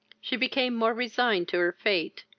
she became more resigned to her fate,